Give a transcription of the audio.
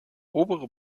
obere